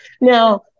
Now